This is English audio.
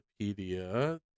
Wikipedia